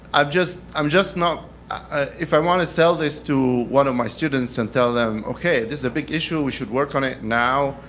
i'm just i'm just not ah if i want to sell this to one of my students and tell them, okay, this is a big issue, we should work on it now.